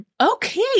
Okay